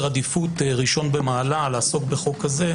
עדיפות ראשון במעלה זה לעסוק בחוק כזה,